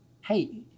hey